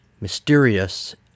mysterious